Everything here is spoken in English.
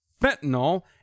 fentanyl